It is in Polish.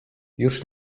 już